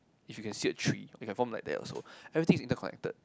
if you can see a tree you can form like that also everything is interconnected